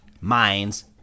minds